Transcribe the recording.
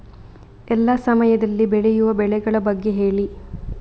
ಎಲ್ಲಾ ಸಮಯದಲ್ಲಿ ಬೆಳೆಯುವ ಬೆಳೆಗಳ ಬಗ್ಗೆ ಹೇಳಿ